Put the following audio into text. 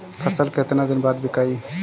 फसल केतना दिन बाद विकाई?